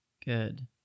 Good